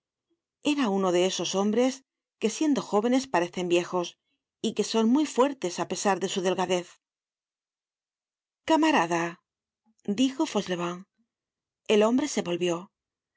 era uno de esos hombres que siendo jóvenes parecen viejos y que son muy fuertes á pesar de su delgadez camarada dijo fauchelevent el hombre se volvió